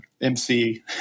MC